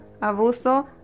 abuso